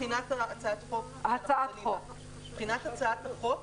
הצעת החוק.